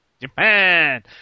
Japan